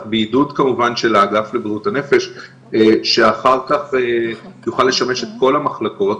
בעידוד כמובן של האגף לבריאות הנפש שאחר כך יוכל לשמש את כל המחלקות